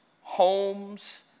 homes